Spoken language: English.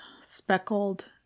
speckled